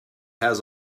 has